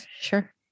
sure